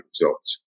results